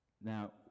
Now